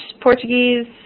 Portuguese